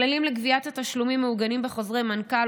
הכללים לגביית התשלומים מעוגנים בחוזרי מנכ"ל,